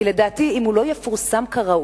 כי לדעתי אם הוא לא יפורסם כראוי,